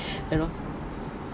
uh lor